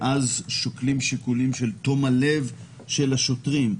במצב כזה שוקלים שיקולים של תום הלב של השוטרים.